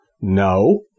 No